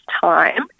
time